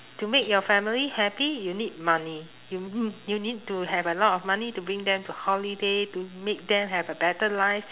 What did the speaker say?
to make your family happy you need money you n~ you need to have a lot of money to bring them to holiday to make them have a better life